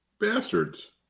Bastards